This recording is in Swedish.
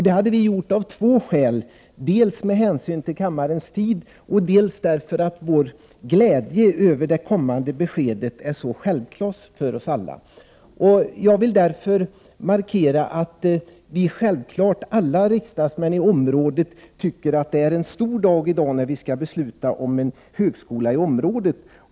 Det har vi gjort av två skäl — dels med hänsyn till kammarens tid, dels därför att vår glädje över det kommande beskedet är så självklar för oss alla. Självfallet tycker alla riksdagsmän i området att det är en stor dag i dag när vi skall fatta beslut om en högskola i området.